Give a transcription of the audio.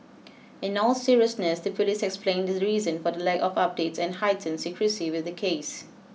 in all seriousness the police explained the reason for the lack of updates and heightened secrecy with the case